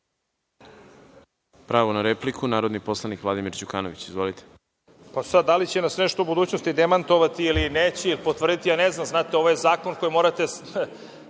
Pravo na repliku, narodni poslanik Vladimir Đukanović. Izvolite. **Vladimir Đukanović** Da li će nas nešto u budućnosti demantovati ili neće ili potvrditi, ja ne znam. Znate, ovo je zakon koji morate